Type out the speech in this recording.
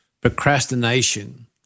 procrastination